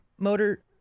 motor